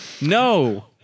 No